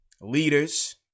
leaders